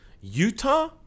Utah